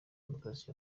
demokarasi